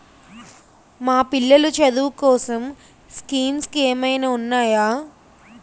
మా పిల్లలు చదువు కోసం స్కీమ్స్ ఏమైనా ఉన్నాయా?